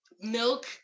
Milk